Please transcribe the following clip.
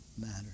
matters